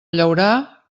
llaurà